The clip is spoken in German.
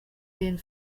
den